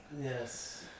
Yes